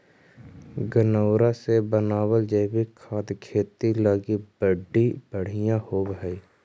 गनऔरा से बनाबल जैविक खाद खेती लागी बड़ी बढ़ियाँ होब हई